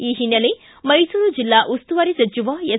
ಈ ಹಿನ್ನೆಲೆ ಮೈಸೂರು ಜೆಲ್ಲಾ ಉಸ್ತುವಾರಿ ಸಚಿವ ಎಸ್